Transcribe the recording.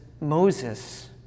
Moses